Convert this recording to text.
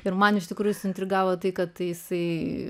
ir man iš tikrųjų suintrigavo tai kad jisai